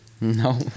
No